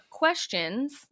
Questions